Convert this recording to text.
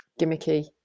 gimmicky